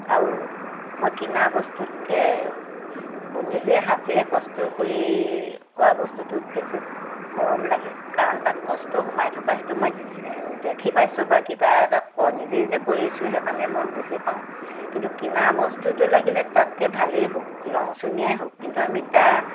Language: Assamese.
আৰু মই কিনা বস্তুতকৈ নিজে হাতেৰে কষ্ট কৰি কৰা বস্তুটোত বেছি মৰম লাগে কাৰণ তাত কষ্ট সোমাই থকা সেইটো মই দেখি পাইছোঁ বা কিবা এটা নিজেই যে কৰিছোঁ সেইকাৰণে মই বুজি পাওঁ কিন্তু কিনা বস্তুটো লাগিলে তাতকৈ ভালেই হওক ৰঙচঙীয়াই হওক কিন্তু আমি তাৰ